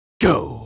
go